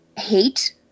hate